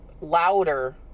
louder